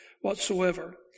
whatsoever